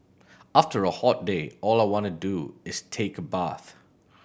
after a hot day all I want to do is take a bath